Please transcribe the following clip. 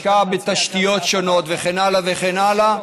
השקעה בתשתיות שונות וכן הלאה וכן הלאה.